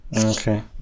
Okay